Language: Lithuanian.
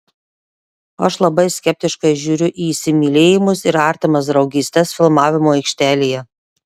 aš labai skeptiškai žiūriu į įsimylėjimus ir artimas draugystes filmavimo aikštelėje